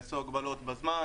עשו הגבלות בזמן,